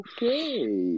Okay